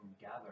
gather